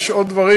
יש עוד דברים,